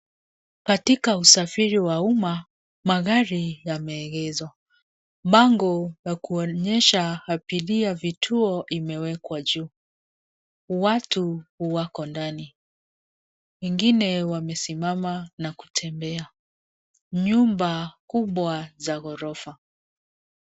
Katika usafiri wa umma magari yameegezwa. Bango la kuonyesha abiria vituo imewekwa juu. Watu wako ndani. Wengine wamesimama na kutembea. Nyumba kubwa za ghorofa.